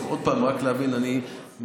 עוד פעם רק כדי להבין: אני בהחלט